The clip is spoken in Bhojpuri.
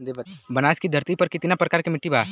बनारस की धरती पर कितना प्रकार के मिट्टी बा?